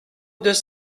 deux